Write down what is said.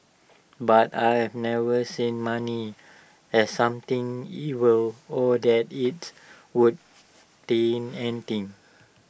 but I've never seen money as something evil or that IT would taint anything